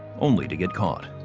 only to get caught.